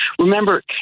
Remember